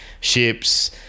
ships